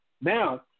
Now